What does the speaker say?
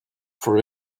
for